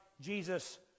Jesus